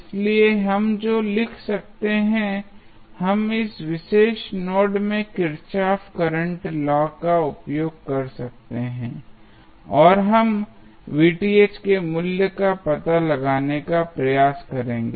इसलिए हम जो लिख सकते हैं हम इस विशेष नोड में किरचॉफ करंट लॉ का उपयोग कर सकते हैं और हम के मूल्य का पता लगाने का प्रयास करेंगे